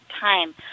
time